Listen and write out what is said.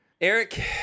eric